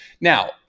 Now